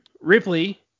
Ripley